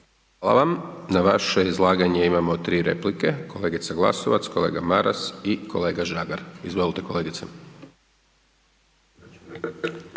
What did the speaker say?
Hvala. Na vaše izlaganje imamo 3 replike. Kolegica Glasovac, kolega Maras i kolega Žagar. Izvolite kolegice.